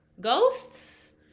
Ghosts